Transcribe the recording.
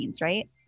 right